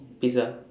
pizza